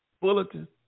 bulletin